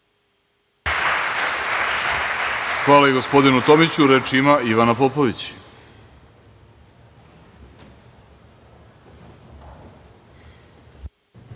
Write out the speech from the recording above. Hvala i gospodinu Tomiću. Reč ima Ivana Popović.